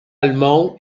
allemand